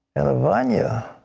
and yvonnya,